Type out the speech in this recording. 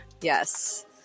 Yes